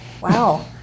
wow